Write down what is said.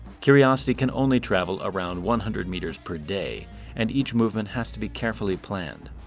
curiosity can only travel around one hundred meters per day and each movement has to be carefully planned.